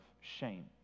shame